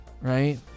right